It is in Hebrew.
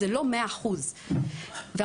זה לא 100%. דרך אגב,